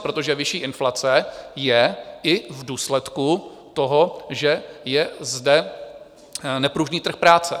Protože vyšší inflace je i v důsledku toho, že je zde nepružný trh práce.